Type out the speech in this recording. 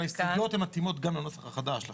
ההסתייגויות מתאימות גם לנוסח החדש.